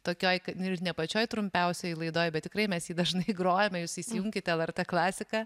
tokioj nu ir ne pačioj trumpiausioj laidoj bet tikrai mes jį dažnai grojam jūs įsijunkite lrt klasiką